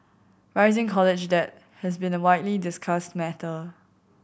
rising college debt has been a widely discussed matter